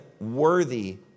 worthy